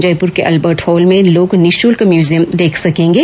जयपुर के Albert Hall में लोग निशल्क म्यूजियम देख सकेंगे